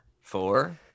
four